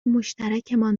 مشترکمان